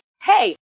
Hey